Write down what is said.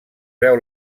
veu